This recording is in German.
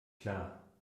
klar